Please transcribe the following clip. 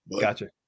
Gotcha